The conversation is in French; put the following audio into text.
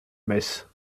messe